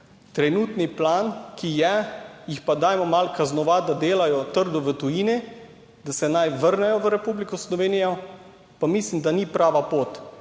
Trenutni plan, ki je, jih pa dajmo malo kaznovati, da delajo trdo v tujini, da se naj vrnejo v Republiko Slovenijo pa mislim, da ni prava pot.